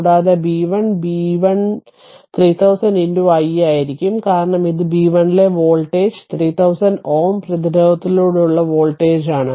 കൂടാതെ B 1 B 1 3000 i ആയിരിക്കും കാരണം ഇത് ബി 1 ലെ വോൾട്ടേജ് 3000 ഓം പ്രതിരോധത്തിലുടനീളമുള്ള വോൾട്ടേജാണ്